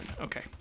Okay